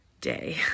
day